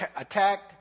attacked